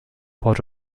port